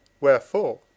Wherefore